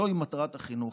זוהי מטרת החינוך.